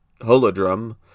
Holodrum